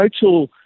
total